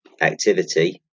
activity